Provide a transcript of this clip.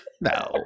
No